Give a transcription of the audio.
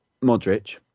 Modric